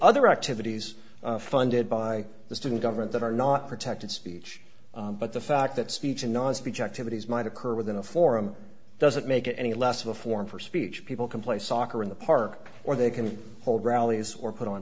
other activities funded by the student government that are not protected speech but the fact that speech and non speech activities might occur within a forum doesn't make it any less of a forum for speech people can play soccer in the park or they can hold rallies or put on